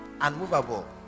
unmovable